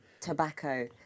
tobacco